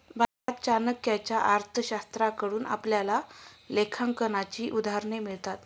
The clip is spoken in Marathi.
भारतात चाणक्याच्या अर्थशास्त्राकडून आपल्याला लेखांकनाची उदाहरणं मिळतात